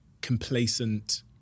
complacent